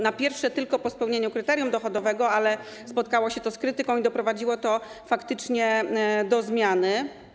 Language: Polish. Na pierwsze tylko po spełnieniu kryterium dochodowego, ale spotkało się to z krytyką i doprowadziło to faktycznie do zmiany.